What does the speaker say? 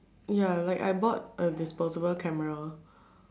ya like I bought a disposable camera